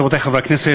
רבותי חברי הכנסת,